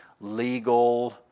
legal